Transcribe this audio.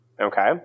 Okay